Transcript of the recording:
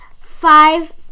five